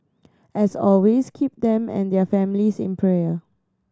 as always keep them and their families in prayer